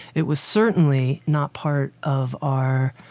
it was certainly not part of our